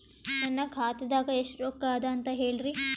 ನನ್ನ ಖಾತಾದಾಗ ಎಷ್ಟ ರೊಕ್ಕ ಅದ ಅಂತ ಹೇಳರಿ?